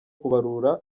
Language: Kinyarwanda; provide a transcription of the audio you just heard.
kubarura